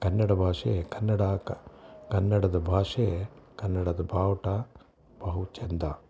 ಕನ್ನಡ ಭಾಷೆ ಕನ್ನಡ ಆಗ ಕನ್ನಡದ ಭಾಷೆ ಕನ್ನಡದ ಬಾವುಟ ಬಹು ಚೆಂದ